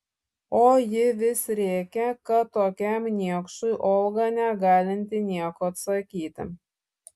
o ji vis rėkė kad tokiam niekšui olga negalinti nieko atsakyti